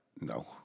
No